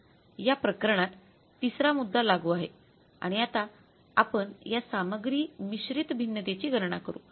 तर या प्रकरणात तिसरा मुद्दा लागू आहे आणि आता आपण या सामग्री मिश्रित भिन्नतेची गणना करू